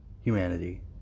humanity